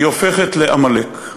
היא הופכת לעמלק",